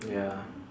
ya